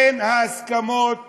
בין ההסכמות